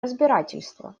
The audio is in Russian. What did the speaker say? разбирательства